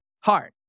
hard